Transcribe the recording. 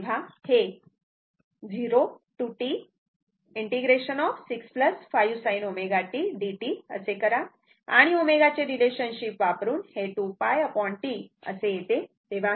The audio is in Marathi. तेव्हा हे 0 ते T ∫ 6 5 sin ω tdt असे करा आणि ω चे रिलेशनशिप वापरून हे 2π T असे येते